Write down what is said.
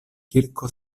kirko